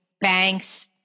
banks